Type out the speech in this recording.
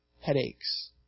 Headaches